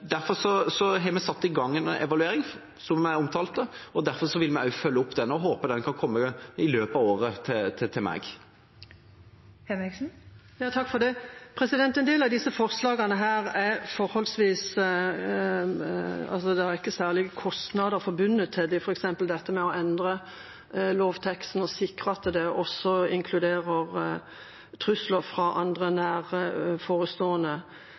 Derfor har vi satt i gang en evaluering, som jeg omtalte, derfor vil vi også følge opp den, og jeg håper den kan komme til meg i løpet av året. En del av disse forslagene er det ikke noen særlige kostnader forbundet med, f.eks. dette med å endre lovteksten og sikre at den også inkluderer trusler fra andre